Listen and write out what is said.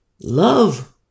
love